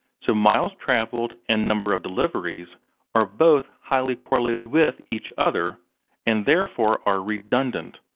so miles traveled and number of deliveries are both highly correlated with each other and therefore, are redundant,